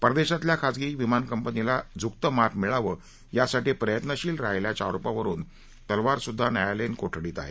परदेशातल्या खाजगी विमान कंपनीला झुकतं माप मिळावं यासाठी प्रयत्नशील राहील्याच्या आरोपावरुन तलवार सुद्धा न्यायालयीन कोठडीत आहे